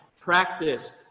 practice